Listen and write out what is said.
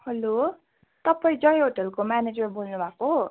hello तपाईँ जय होटेलको manager बोल्नु भएको